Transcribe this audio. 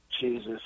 Jesus